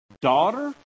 Daughter